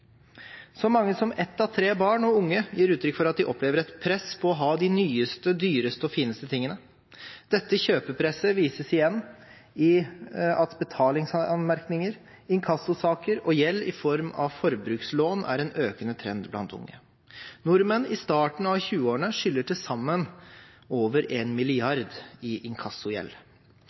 Så mange som ett av tre barn og unge gir uttrykk for at de opplever et press på å ha de nyeste, dyreste og fineste tingene. Dette kjøpepresset vises igjen i at betalingsanmerkninger, inkassosaker og gjeld i form av forbrukslån er en økende trend blant unge. Nordmenn i starten av 20-årene skylder til sammen over 1 mrd. kr i inkassogjeld.